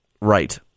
Right